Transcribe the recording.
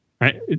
right